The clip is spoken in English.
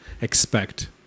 expect